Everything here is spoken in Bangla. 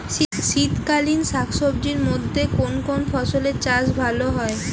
শীতকালীন শাকসবজির মধ্যে কোন কোন ফসলের চাষ ভালো হয়?